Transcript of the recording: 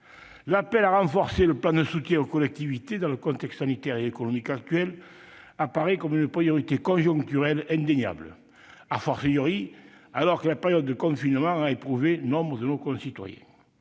L'appel à renforcer le plan de soutien aux collectivités dans le contexte sanitaire et économique actuel apparaît comme une priorité conjoncturelle indéniable, alors que la période de confinement a éprouvé nombre de nos concitoyens.